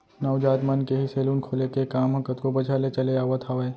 नाऊ जात मन के ही सेलून खोले के काम ह कतको बछर ले चले आवत हावय